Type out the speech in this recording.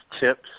tips